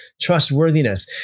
trustworthiness